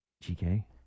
GK